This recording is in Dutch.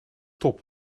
top